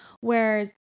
Whereas